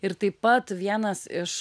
ir taip pat vienas iš